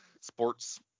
sports